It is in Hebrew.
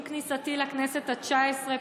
עם כניסתי לכנסת התשע-עשרה,